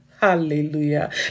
Hallelujah